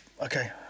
Okay